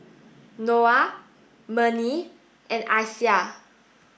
Noah Murni and Aisyah